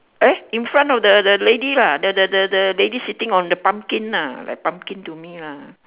eh in front of the the lady lah the the the the lady sitting on the pumpkin ah like pumpkin to me lah